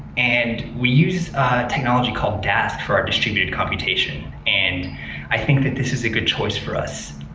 and we use technology called dask for our distributed computation. and i think that this is a good choice for us.